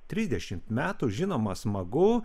trisdešimt metų žinoma smagu